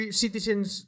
citizens